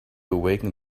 awaken